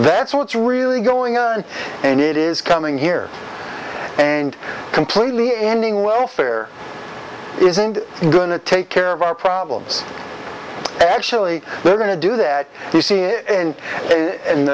that's what's really going on and it is coming here and completely ending welfare isn't going to take care of our problems actually they're going to do that